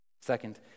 Second